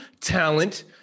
talent